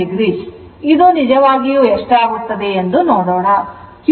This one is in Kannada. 9o ಇದು ನಿಜವಾಗಿಯೂ ಎಷ್ಟಾಗುತ್ತದೆ ಎಂದು ನೋಡೋಣ